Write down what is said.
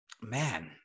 man